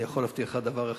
אני יכול להבטיח לך דבר אחד: